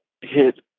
hit